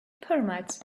pyramids